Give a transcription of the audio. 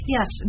Yes